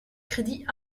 crédit